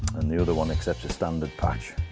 and the other one accepts your standard patch